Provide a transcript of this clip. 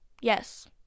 Yes